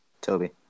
Toby